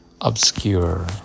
obscure